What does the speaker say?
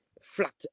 flat